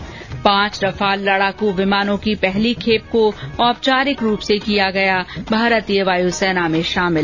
् पांच रफाल लड़ाकू विमानों की पहली खेप को औपचारिक रूप से किया गया भारतीय वायूसेना में शामिल